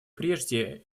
прежде